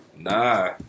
Nah